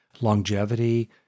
longevity